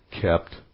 kept